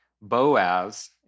Boaz